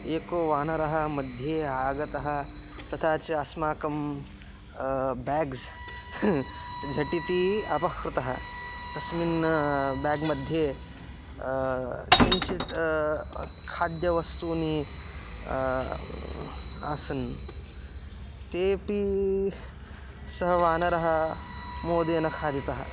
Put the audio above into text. एको वानरः मध्ये आगतः तथा च अस्माकं ब्याग्स् झटिति अपहृतः तस्मिन् ब्याग्मध्ये किञ्चित् खाद्यवस्तूनि आसन् तेपि सः वानरः मोदेन खादितः